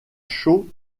chaud